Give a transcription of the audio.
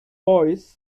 voice